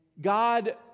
God